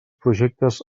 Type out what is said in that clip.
projectes